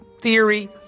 theory